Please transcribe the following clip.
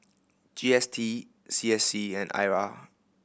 G S T C S C and I R